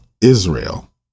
Israel